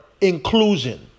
inclusion